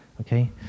okay